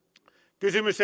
kysymys